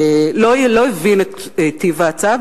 הציבור לא הבין את טיב ההצעה,